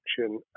action